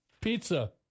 Pizza